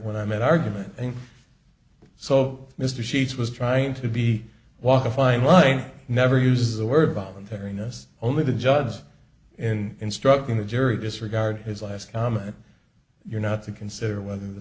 when i met argument so mr sheets was trying to be walk a fine line never use the word voluntariness only the judge in instructing the jury disregard his last comment you're not to consider whether the